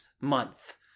month